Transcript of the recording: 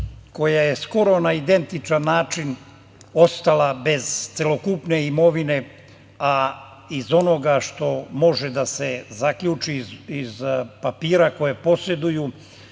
koja je skoro na identičan način ostala bez celokupne imovine, a iz onoga što može da se zaključi, iz papira kojeg poseduju